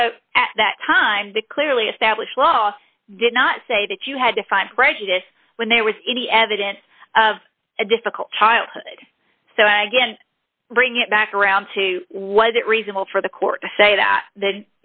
at that time the clearly established law did not say that you had to find prejudice when there was any evidence of a difficult child so i again bring it back around to what it reasonable for the court to say that